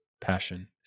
passion